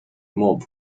mob